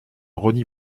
rosny